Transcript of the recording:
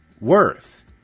worth